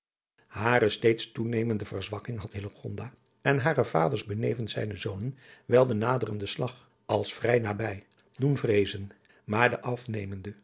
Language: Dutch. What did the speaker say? hare steeds toenemende verzwakking had hillegonda en haren vader benevens zijne zonen wel den naderenden slag als vrij nabij doen vreezen maar de afnemende